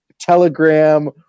Telegram